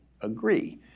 agree